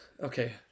okay